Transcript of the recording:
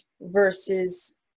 versus